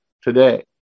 today